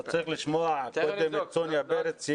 אתה צריך לשמוע קודם את סוניה פרץ.